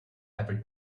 every